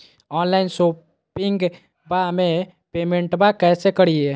Online शोपिंगबा में पेमेंटबा कैसे करिए?